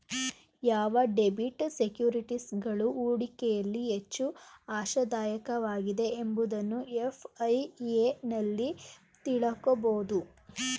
ಯಾವ ಡೆಬಿಟ್ ಸೆಕ್ಯೂರಿಟೀಸ್ಗಳು ಹೂಡಿಕೆಯಲ್ಲಿ ಹೆಚ್ಚು ಆಶಾದಾಯಕವಾಗಿದೆ ಎಂಬುದನ್ನು ಎಫ್.ಐ.ಎ ನಲ್ಲಿ ತಿಳಕೋಬೋದು